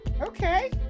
Okay